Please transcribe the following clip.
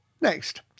Next